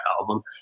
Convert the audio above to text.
album